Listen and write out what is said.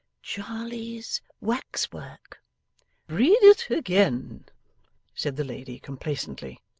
jarley's wax-work read it again said the lady, complacently.